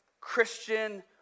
Christian